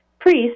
priest